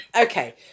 Okay